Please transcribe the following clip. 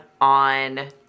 on